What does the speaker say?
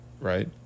Right